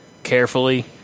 carefully